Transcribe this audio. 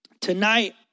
Tonight